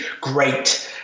great